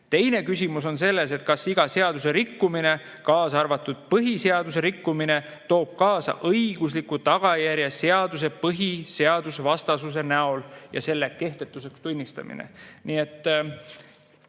Teine küsimus on selles, kas iga seadusrikkumine, kaasa arvatud põhiseaduse rikkumine, toob kaasa õigusliku tagajärje seaduse põhiseadusvastasuse näol ja selle kehtetuks tunnistamise.